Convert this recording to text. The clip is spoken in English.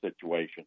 situation